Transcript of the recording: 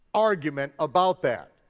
argument about that.